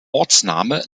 ortsname